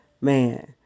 man